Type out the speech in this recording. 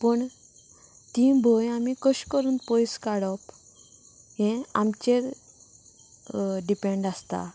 पूण तीं भंय आमी कशी करून पयस काडप हें आमचेर डिपेंड आसता